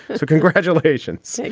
so congratulations.